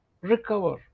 recover